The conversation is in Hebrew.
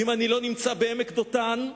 אם אני לא נמצא בעמק דותן,